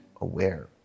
aware